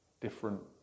different